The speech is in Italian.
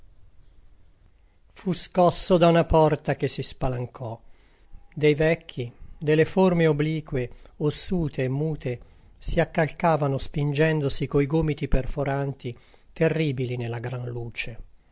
fu scosso da una porta che si spalancò dei vecchi delle forme oblique ossute e mute si accalcavano spingendosi coi gomiti perforanti terribili nella gran luce